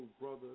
brother